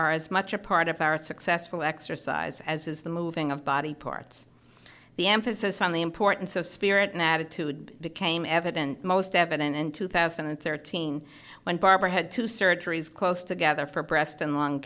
are as much a part of our successful exercise as is the moving of body parts the emphasis on the importance of spirit an attitude became evident most evident in two thousand and thirteen when barbara had two surgeries close together for breast and lung